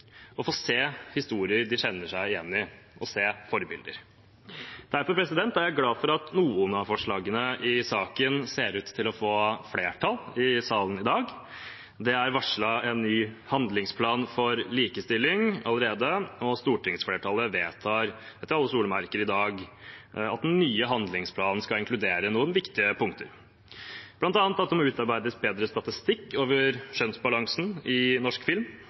å få se historier de kjenner seg igjen i, få se forbilder. Derfor er jeg glad for at noen av forslagene i saken ser ut til å få flertall i salen i dag. Det er varslet en ny handlingsplan for likestilling allerede. Stortingsflertallet vedtar etter alle solemerker i dag at den nye handlingsplanen skal inkludere noen viktige punkter, bl.a. at det må utarbeides bedre statistikk over kjønnsbalansen i norsk film,